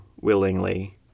willingly